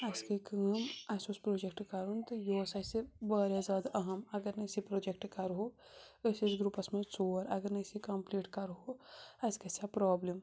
اَسہِ گٔے کٲم اَسہِ اوس پرٛوجَکٹ کَرُن تہٕ یہِ اوس اَسہِ واریاہ زیادٕ اَہَم اَگر نہٕ أسۍ یہِ پرٛوجَکٹ کَرہو أسۍ ٲسۍ گرُپَس منٛز ژور اَگر نہٕ أسۍ یہِ کَمپٕلیٖٹ کَرہو اَسہِ گژھِ ہا پرٛابلِم